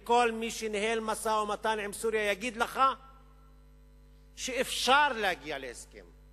וכל מי שניהל משא-ומתן עם סוריה יגיד לך שאפשר להגיע להסכם,